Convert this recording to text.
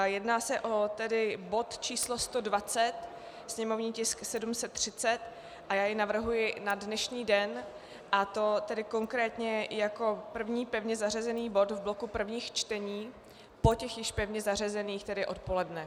Jedná se o bod číslo 120, sněmovní tisk 730, a já jej navrhuji na dnešní den, a to konkrétně jako první pevně zařazený bod v bloku prvních čtení po bodech již pevně zařazených, tedy odpoledne.